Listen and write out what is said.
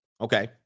Okay